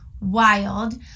wild